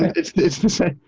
it's it's the same.